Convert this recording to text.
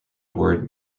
word